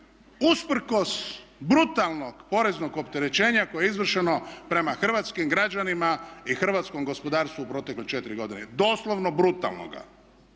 usprkos brutalnog poreznog opterećenja koje je izvršeno prema hrvatskim građanima i hrvatskom gospodarstvu u protekle 4 godine, doslovno brutalnoga.